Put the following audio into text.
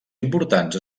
importants